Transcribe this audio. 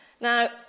Now